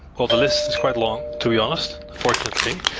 well the list is quite long, to be honest fortunately.